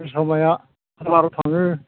जोसा माइआ हाजार थाङो